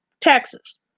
taxes